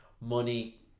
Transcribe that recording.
money